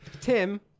Tim